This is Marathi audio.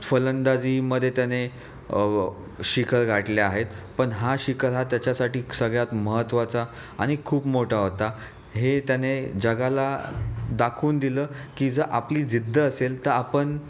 फलंदाजीमध्ये त्याने शिखर गाठले आहेत पण हा शिखर हा त्याच्यासाठी सगळ्यात महत्त्वाचा आणि खूप मोठा होता हे त्याने जगाला दाखवून दिलं की जर आपली जिद्द असेल तर आपण